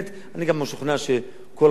אני גם משוכנע שכל ראשי הערים,